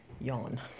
Yawn